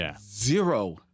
zero